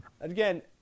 Again